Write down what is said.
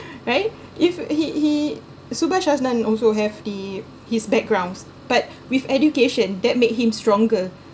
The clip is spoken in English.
right if he he subhas anandan also have the his backgrounds but with education that made him stronger